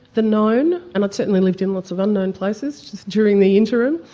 the known and i'd certainly lived in lots of unknown places during the interim,